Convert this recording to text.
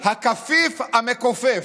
הכפיף המכופף.